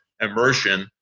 immersion